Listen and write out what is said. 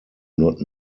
not